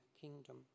kingdom